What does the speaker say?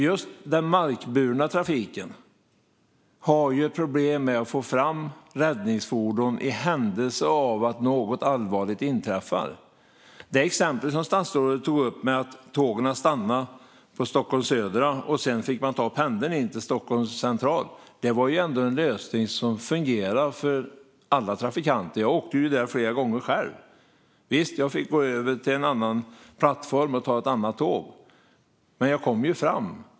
Just den markburna trafiken har problem med att få fram räddningsfordon i händelse av att något allvarligt inträffar. Det exempel som statsrådet tog upp med att tågen stannade på Stockholms södra och att man sedan fick ta pendel in till Stockholms central var ändå en lösning som fungerade för alla trafikanter. Jag åkte själv där flera gånger. Visst fick jag gå över till en annan plattform och ta ett annat tåg, men jag kom fram.